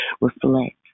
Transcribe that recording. reflect